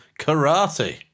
karate